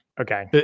okay